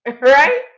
right